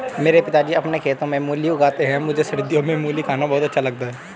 मेरे पिताजी अपने खेतों में मूली उगाते हैं मुझे सर्दियों में मूली खाना बहुत अच्छा लगता है